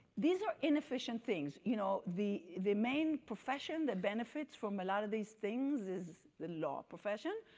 these are inefficient things. you know the the main profession that benefits from a lot of these things is the law profession.